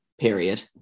Period